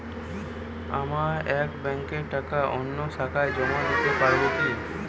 আমার এক ব্যাঙ্কের টাকা অন্য শাখায় জমা দিতে পারব কি?